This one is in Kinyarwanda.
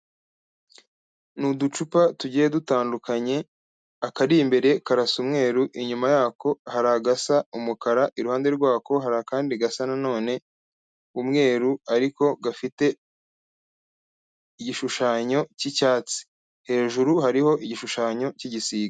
Ni uducupa tugiye dutandukanye akari imbere karasa umweru, inyuma yako hari agasa umukara, i ruhande rwako hari akandi gasa nanone umweru ariko gafite igishushanyo cy'icyatsi, hejuru hariho igishushanyo cy'igisiga.